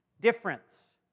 difference